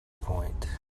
point